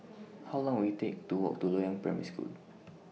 How Long Will IT Take to Walk to Loyang Primary School